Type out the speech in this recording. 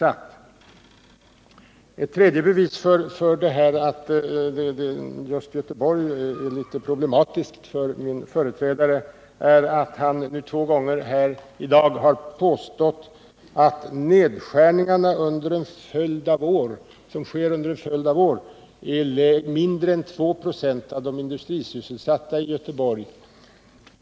Ett tredje bevis för att detta med Göteborg är litet problematiskt för min företrädare är att han två gånger här i dag har påstått att de nedskärningar som sker under en följd av år berör mindre än 3 96 av de industrisysselsatta i Göteborg.